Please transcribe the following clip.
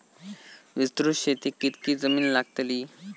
विस्तृत शेतीक कितकी जमीन लागतली?